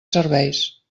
serveis